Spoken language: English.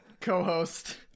co-host